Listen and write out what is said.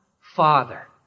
Father